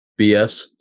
BS